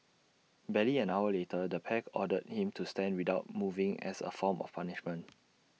barely an hour later the pair ordered him to stand without moving as A form of punishment